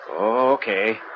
Okay